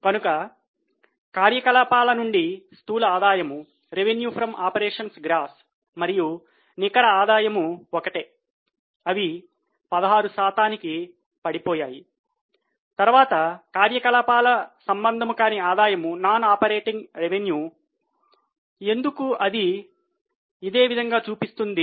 కనుక కార్యకలాపాల నుండి స్థూల ఆదాయం ఎందుకు ఇదే విధంగా చూపిస్తుంద